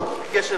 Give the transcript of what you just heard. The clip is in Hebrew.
בקשב רב.